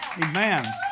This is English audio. Amen